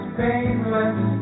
painless